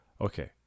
Okay